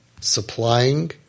supplying